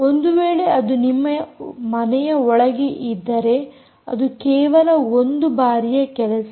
ಒಂದು ವೇಳೆ ಅದು ನಿಮ್ಮ ಮನೆಯ ಒಳಗೆ ಇದ್ದರೆ ಅದು ಕೇವಲ ಒಂದು ಬಾರಿಯ ಕೆಲಸ